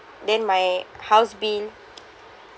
then my house bill